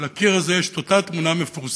ועל הקיר הזה יש את אותה תמונה מפורסמת